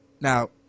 Now